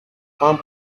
prends